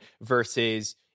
versus –